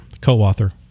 co-author